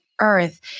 earth